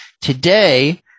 today